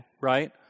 right